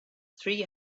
three